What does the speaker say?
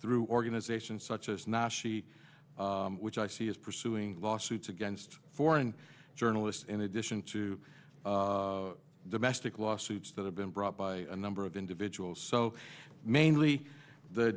through organizations such as nashi which i see is pursuing lawsuits against foreign journalists in addition to domestic lawsuits that have been brought by a number of individuals so mainly the